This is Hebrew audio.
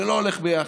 זה לא הולך ביחד.